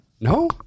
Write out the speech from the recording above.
No